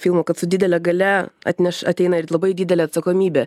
filmų kad su didele galia atneš ateina ir labai didelė atsakomybė